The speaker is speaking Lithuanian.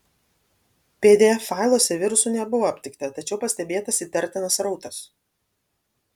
pdf failuose virusų nebuvo aptikta tačiau pastebėtas įtartinas srautas